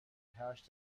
hash